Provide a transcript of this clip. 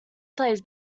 plays